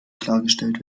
klargestellt